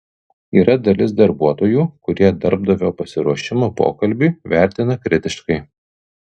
yra dalis darbuotojų kurie darbdavio pasiruošimą pokalbiui vertina kritiškai